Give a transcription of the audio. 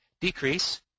decrease